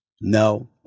No